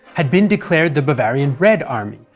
had been declared the bavarian red army,